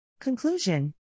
Conclusion